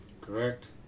correct